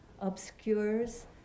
obscures